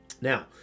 Now